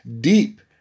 deep